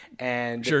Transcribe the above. Sure